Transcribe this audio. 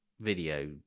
video